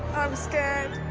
scared